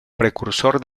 precursor